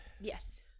Yes